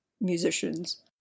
musicians